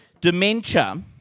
Dementia